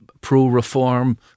pro-reform